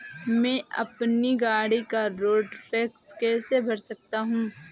मैं अपनी गाड़ी का रोड टैक्स कैसे भर सकता हूँ?